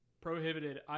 prohibited